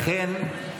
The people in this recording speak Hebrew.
לכן,